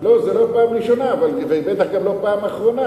זאת לא הפעם הראשונה ובטח גם לא הפעם האחרונה,